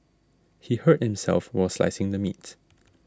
he hurt himself while slicing the meat